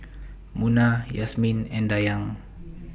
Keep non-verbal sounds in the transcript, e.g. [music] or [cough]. [noise] Munah Yasmin and Dayang